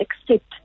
accept